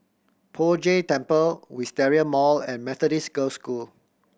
Poh Jay Temple Wisteria Mall and Methodist Girls' School